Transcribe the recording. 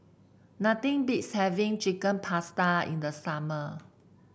nothing beats having Chicken Pasta in the summer